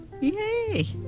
Yay